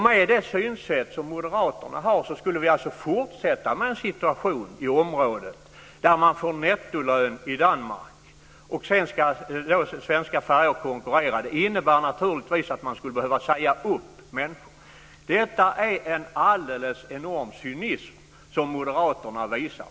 Med det synsätt som moderaterna har skulle vi alltså fortsätta att ha en situation i området som innebär att man får nettolön i Danmark och att svenska färjor ska konkurrera. Det innebär naturligtvis att man skulle behöva säga upp människor. Detta är en alldeles enorm cynism som moderaterna visar.